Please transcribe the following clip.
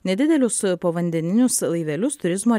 nedidelius povandeninius laivelius turizmo